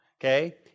Okay